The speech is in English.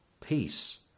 peace